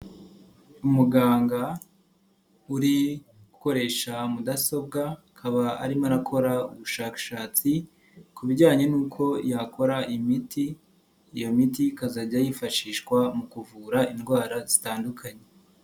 Umuganga uri gukoresha mudasobwa akaba arimo arakora ubushakashatsi ku bijyanye n'uko yakora imiti, iyo miti ikazajya yifashishwa mu kuvura indwara zitandukanye.